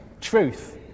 truth